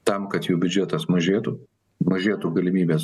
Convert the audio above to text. tam kad jų biudžetas mažėtų mažėtų galimybės